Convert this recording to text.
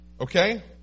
Okay